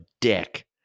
dick